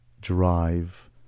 drive